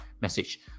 message